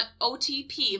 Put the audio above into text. OTP